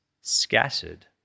Scattered